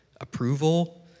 approval